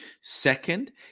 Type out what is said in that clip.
second